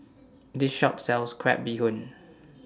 This Shop sells Crab Bee Hoon